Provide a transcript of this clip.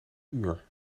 uur